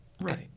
Right